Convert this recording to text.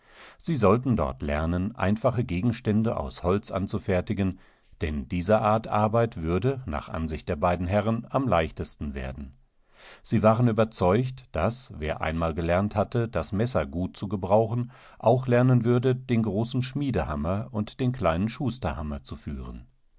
sie sollten dort lernen einfache gegenstände aus holz anzufertigen denn diese art arbeit würde nach ansicht der beiden herren allen am leichtesten werden sie waren überzeugt daß wer einmal gelernt hatte das messer gut zu gebrauchen auch lernen würde den großen schmiedehammerunddenkleinenschusterhammerzuführen